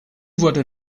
wurde